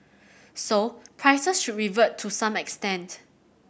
so prices should revert to some extent